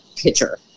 pitcher